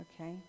okay